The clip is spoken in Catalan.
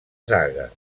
zaga